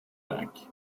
back